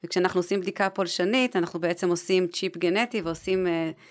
וכשאנחנו עושים בדיקה פולשנית אנחנו בעצם עושים צ'יפ גנטי ועושים